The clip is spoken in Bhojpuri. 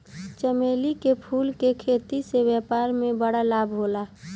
चमेली के फूल के खेती से व्यापार में बड़ा लाभ होला